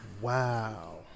Wow